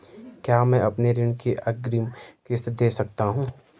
क्या मैं अपनी ऋण की अग्रिम किश्त दें सकता हूँ?